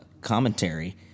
commentary